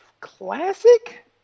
classic